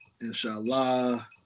Inshallah